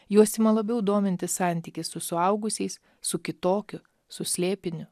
juos ima labiau dominti santykis su suaugusiais su kitokiu su slėpiniu